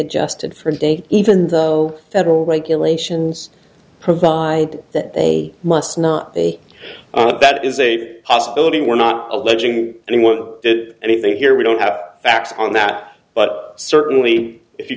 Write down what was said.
adjusted for day even though federal regulations provide that they must not say that is a possibility we're not alleging anyone did anything here we don't have the facts on that but certainly if you